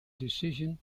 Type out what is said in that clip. decision